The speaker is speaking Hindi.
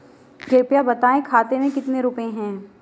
कृपया बताएं खाते में कितने रुपए हैं?